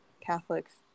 catholics